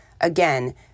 Again